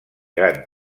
gran